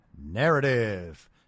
narrative